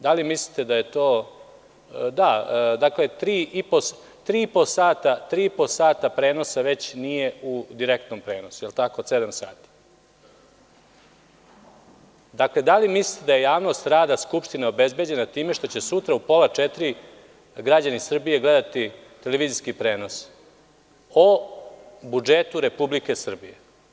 Da li mislite da je to, već tri i po sata prenosa nije u direktnom prenosu, od 19.00 časova i da li mislite da je javnost rada Skupštine obezbeđena time što će sutra u pola četiri građani Srbije gledati televizijski prenos o budžetu Republike Srbije?